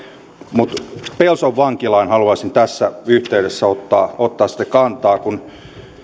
mutta pelson vankilaan haluaisin tässä yhteydessä ottaa ottaa kantaa kun